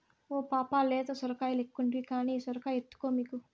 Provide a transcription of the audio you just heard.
ఓ పాపా లేత సొరకాయలెక్కుంటివి కానీ ఈ సొరకాయ ఎత్తుకో మీకు